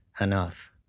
enough